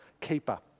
keeper